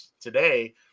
today